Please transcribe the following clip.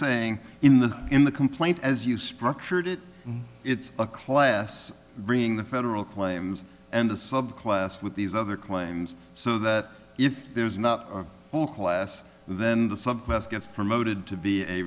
saying in the in the complaint as you structured it it's a class bring the federal claims and a subclass with these other claims so that if there's not a whole class then the subclass gets for moated to be a